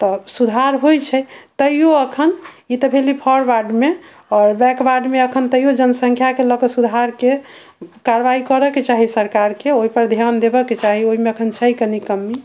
तऽ सुधार होइत छै तैयो अखन ई तऽ भेल फॉरवर्डमे आओर बैकवर्डमे अखन तैयो जनसंख्याके लऽ कऽ सुधारके कारवाइ करऽके चाही सरकारके ओहि पर ध्यान देबऽके चाही ओइ ओहिमे अखन छै कनि कमी